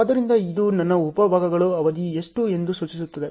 ಆದ್ದರಿಂದ ಇದು ನನ್ನ ಉಪ ಭಾಗಗಳ ಅವಧಿ ಎಷ್ಟು ಎಂದು ಸೂಚಿಸುತ್ತದೆ